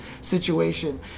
situation